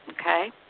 Okay